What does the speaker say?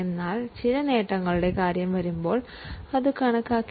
എന്നാൽ ചില നേട്ടങ്ങൾ ഉണ്ടാകാമെന്ന സാധ്യത ഉണ്ടെങ്കിലും അത് കണക്കാക്കില്ല